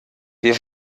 wir